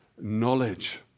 knowledge